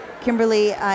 Kimberly